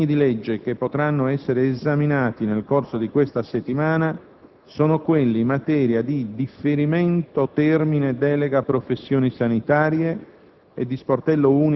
Gli altri disegni di legge che potranno essere esaminati nel corso di questa settimana sono quelli in materia di differimento termine delega professioni sanitarie